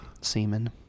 Semen